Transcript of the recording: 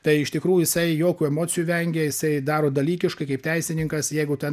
tai iš tikrųjų jisai jokių emocijų vengė jisai daro dalykiškai kaip teisininkas jeigu ten